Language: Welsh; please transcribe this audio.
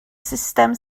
sustem